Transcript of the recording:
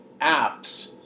apps